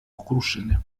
okruszyny